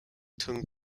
tung